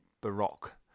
Baroque